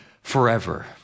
forever